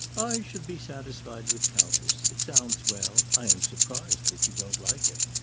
i should be satisfied with countess. it sounds well. i am surprised that you don't like it.